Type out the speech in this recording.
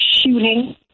shooting